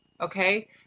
Okay